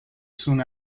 soon